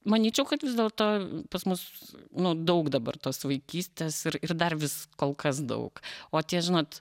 manyčiau kad vis dėlto pas mus nu daug dabar tos vaikystės ir ir dar vis kol kas daug o tie žinot